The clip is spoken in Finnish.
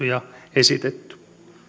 esitetty